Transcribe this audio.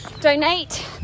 donate